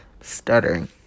stuttering